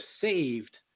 saved